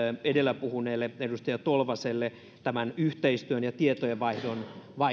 edellä puhuneelle edustaja tolvaselle yhteistyön ja tietojenvaihdon